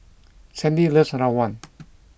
Sandy loves rawon